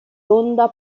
onda